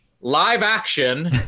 live-action